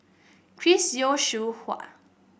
Chris Yeo Xiu Hua